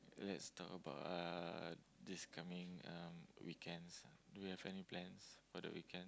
let's talk about uh this coming um weekend do we have any plans for the weekends